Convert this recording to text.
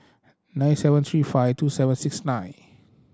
nine seven three five two seven six nine